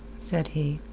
said he.